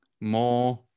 more